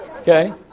Okay